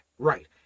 right